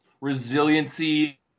resiliency